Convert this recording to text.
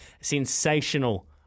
sensational